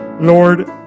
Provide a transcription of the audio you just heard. lord